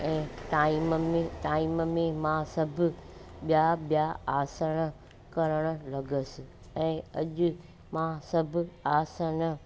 ऐं टाईम में टाईम में मां सभु ॿिया ॿिया आसन करण लॻसि ऐं अॼु मां सभु आसन